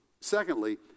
Secondly